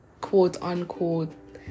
quote-unquote